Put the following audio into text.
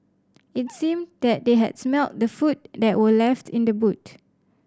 it seemed that they had smelt the food that were left in the boot